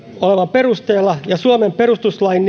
olevan perusteella ja suomen perustuslain